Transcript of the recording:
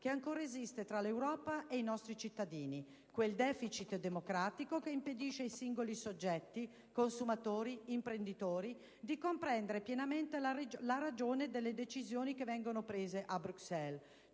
che ancora esiste tra l'Europa e i nostri cittadini: quel deficit democratico che impedisce ai singoli soggetti - consumatori, imprenditori - di comprendere pienamente la ragione delle decisioni che vengono prese a Bruxelles,